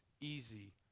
easy